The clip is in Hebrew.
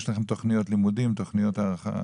יש לכם תוכניות לימודים, תוכניות הכשרה?